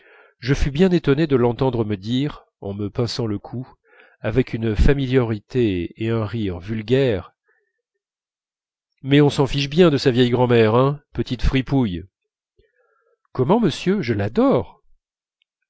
je fus bien étonné de l'entendre me dire en me pinçant le cou avec une familiarité et un rire vulgaires mais on s'en fiche bien de sa vieille grand'mère hein petite fripouille comment monsieur je l'adore